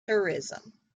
tourism